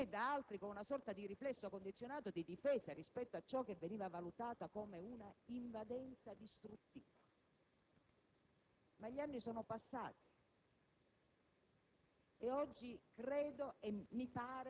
senza distinguo, senza capacità di riflettere, in una sorta di riflesso condizionato di difesa (è ovvio) da parte nostra di quello che ritenevamo essere ed è un presidio della